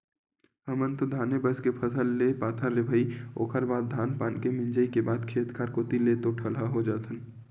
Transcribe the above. हमन तो धाने बस के फसल ले पाथन रे भई ओखर बाद धान पान के मिंजई के बाद खेत खार कोती ले तो ठेलहा हो जाथन